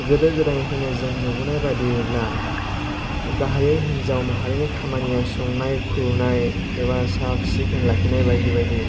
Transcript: गोदो गोदायनिफ्रायनो जों नुबोनाय बायदियैब्ला गाहायै हिन्जाव माहारिनि खामानिया संनाय खुरनाय एबा साफ सिखोन लाखिनाय बायदि बायदि